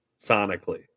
sonically